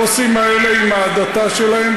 הדוסים האלה עם ההדתה שלהם,